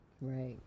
Right